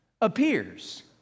appears